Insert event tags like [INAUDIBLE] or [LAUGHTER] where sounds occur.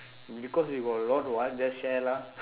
because you got a lot [what] just share lah [LAUGHS]